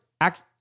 act